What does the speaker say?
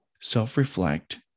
Self-reflect